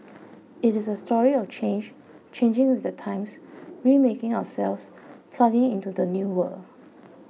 it is a story of change changing with the times remaking ourselves plugging into the new world